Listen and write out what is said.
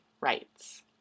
rights